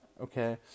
Okay